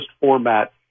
format